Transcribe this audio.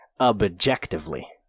objectively